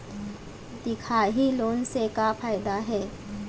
दिखाही लोन से का फायदा हे?